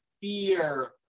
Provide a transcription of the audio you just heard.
fear